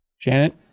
Janet